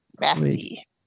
messy